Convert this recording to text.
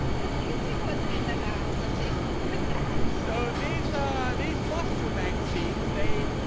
at least it wasn't in the house. i'm thankful for that. so these are these buster magazines. they